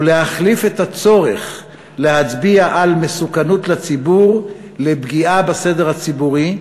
ולהחליף את הצורך להצביע על מסוכנות לציבור בפגיעה בסדר הציבורי,